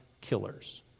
killers